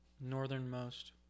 northernmost